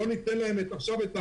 לא ניתן להם את העזרה,